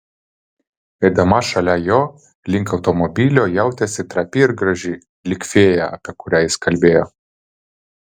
eidama šalia jo link automobilio jautėsi trapi ir graži lyg fėja apie kurią jis kalbėjo